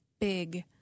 big